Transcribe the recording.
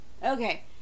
Okay